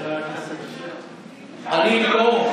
אני לא,